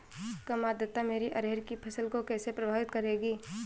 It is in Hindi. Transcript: कम आर्द्रता मेरी अरहर की फसल को कैसे प्रभावित करेगी?